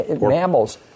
Mammals